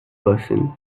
person